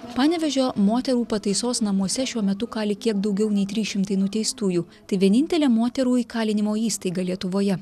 panevėžio moterų pataisos namuose šiuo metu kali kiek daugiau nei trys šimtai nuteistųjų tai vienintelė moterų įkalinimo įstaiga lietuvoje